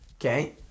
Okay